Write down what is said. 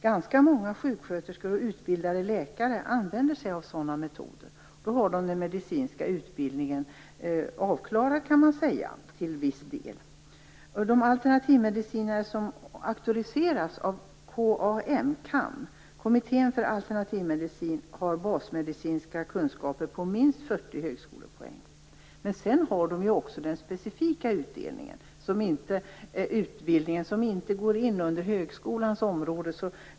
Ganska många sjuksköterskor och utbildade läkare använder sig av sådana metoder, och de har då den medicinska utbildningen till viss del avklarad. KAN, Kommittén för alternativmedicin, har basmedicinska kunskaper motsvarande minst 40 högskolepoäng. Men sedan har de ju också den specifika utbildningen som inte lyder under högskolans område.